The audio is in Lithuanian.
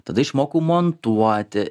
tada išmokau montuoti